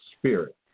spirit